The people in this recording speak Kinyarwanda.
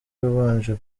wabanje